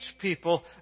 people